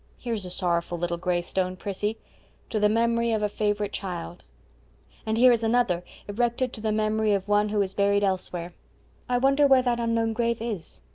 here's a sorrowful little gray stone, prissy to the memory of a favorite child and here is another erected to the memory of one who is buried elsewhere i wonder where that unknown grave is.